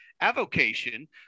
avocation